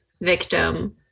victim